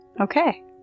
Okay